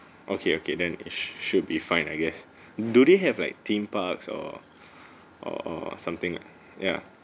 okay okay then it sh~ should be fine I guess do they have like theme parks or or something ya